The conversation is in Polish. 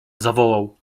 zawołał